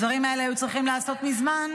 הדברים האלה היו צריכים להיעשות מזמן,